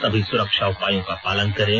सभी सुरक्षा उपायों का पालन करें